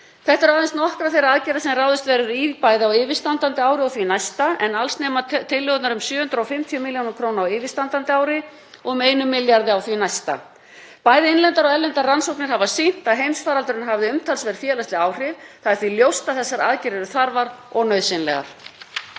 Þetta eru aðeins nokkrar þeirra aðgerða sem ráðist verður í bæði á yfirstandandi ári og því næsta, en alls nema tillögurnar um 750 millj. kr. á yfirstandandi ári og 1 milljarði á því næsta. Bæði innlendar og erlendar rannsóknir hafa sýnt að heimsfaraldurinn hafði umtalsverð félagsleg áhrif. Það er því ljóst að þessar aðgerðir eru þarfar og nauðsynlegar.